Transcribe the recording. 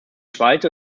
schweiz